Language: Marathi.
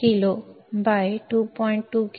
136 3